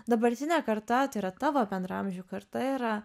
dabartinė karta tai yra tavo bendraamžių karta yra